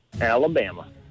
Alabama